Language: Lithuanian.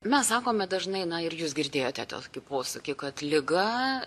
mes sakome dažnai na ir jūs girdėjote tokį posakį kad liga